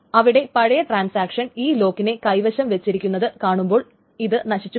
അവിടെ പഴയ ട്രാൻസാക്ഷൻ ഈ ലോക്കിനെ കൈവശം വച്ചിരിക്കുന്നത് കാണുമ്പോൾ ഇത് നശിച്ചുപോകും